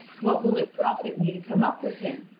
what will it profit me to come up with him?